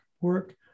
work